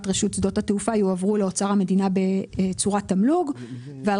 רשות שדות התעופה יועברו לאוצר המדינה בצורת תמלוג ועל